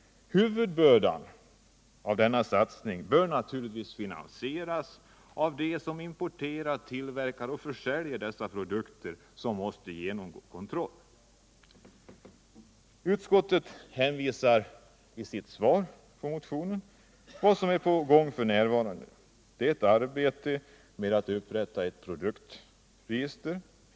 Huvudbördan av kostnaderna för denna satsning bör naturligtvis falla på dem som importerar, tillverkar och försäljer dessa produkter som måste genomgå kontroll. Utskottet hänvisar i sitt yttrande över motionen till vad som är på gång f. n. Det är arbete med upprättande av ett produktregister.